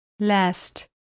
Last